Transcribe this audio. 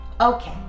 Okay